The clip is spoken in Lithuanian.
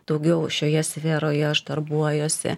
daugiau šioje sferoje aš darbuojuosi